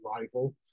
rival